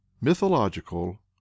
Mythological